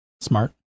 Smart